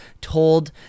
told